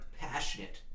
passionate